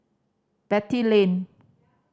Beatty Lane